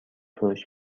فروشی